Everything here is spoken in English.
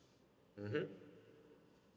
mmhmm